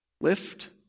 Lift